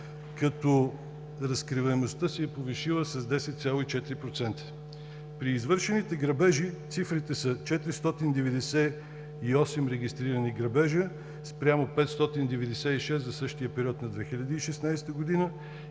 като разкриваемостта се е повишила с 10,4 %. При извършените грабежи цифрите са 498 регистрирани грабежа спрямо 596 за същия период на 2016 г. или